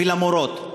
ולמורות.